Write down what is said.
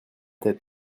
tête